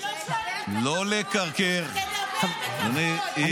הוא אומר לי שאני מקרקרת?